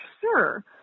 Sure